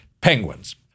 Penguins